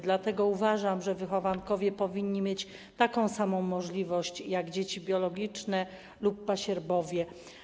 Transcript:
Dlatego uważam, że wychowankowie powinni mieć taką samą możliwość jak dzieci biologiczne lub pasierbowie.